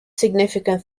significant